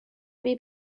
روی